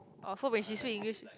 oh so when she speaks English